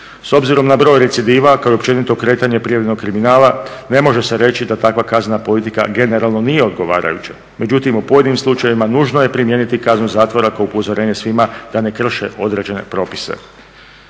S obzirom na broj recidiva kao i općenito kretanja prijavljenog kriminala ne može se reći da takva kaznena politika generalno nije odgovarajuća, međutim u pojedinim slučajevima nužno je primijeniti kaznu zatvora kao upozorenje svima da ne krše određene propise.